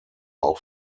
auch